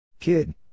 Kid